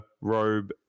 robe